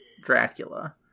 Dracula